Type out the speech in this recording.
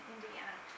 Indiana